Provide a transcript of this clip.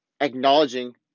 acknowledging